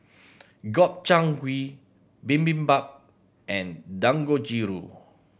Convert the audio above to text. Gobchang Gui Bibimbap and Dangojiru